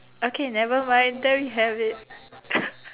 okay never mind there we have it